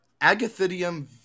Agathidium